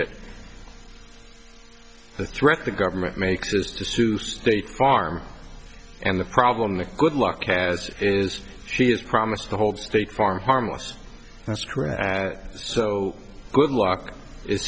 it the threat the government makes is to sue state farm and the problem the good luck has is she has promised to hold state farm harmless that's correct so good luck i